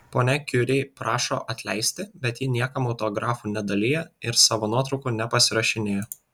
ponia kiuri prašo atleisti bet ji niekam autografų nedalija ir savo nuotraukų nepasirašinėja